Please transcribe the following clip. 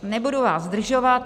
Nebudu vás zdržovat.